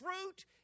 fruit